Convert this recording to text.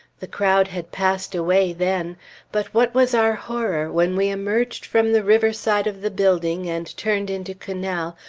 the crowd had passed away then but what was our horror when we emerged from the river side of the building and turned into canal,